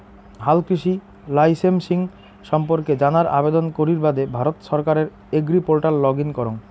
হালকৃষি লাইসেমসিং সম্পর্কে জানার আবেদন করির বাদে ভারত সরকারের এগ্রিপোর্টাল লগ ইন করঙ